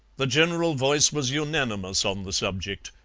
the general voice was unanimous on the subject.